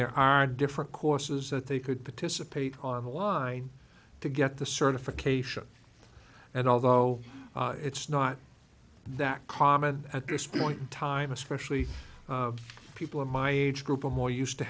there are different courses that they could to to supply online to get the certification and although it's not that common at this point in time especially people in my age group are more used to